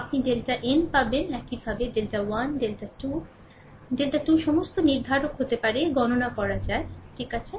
আপনি delta n পাবেন এইভাবে ডেল্টা 1 ডেল্টা 2 ডেল্টা 2 সমস্ত নির্ধারক হতে পারে গণনা করা যায় ঠিক আছে